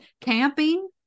camping